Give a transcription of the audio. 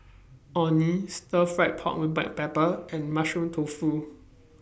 Orh Nee Stir Fry Pork with Black Pepper and Mushroom Tofu